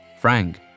Frank